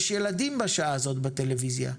יש ילדים בשעה הזאת בטלוויזיה.